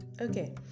okay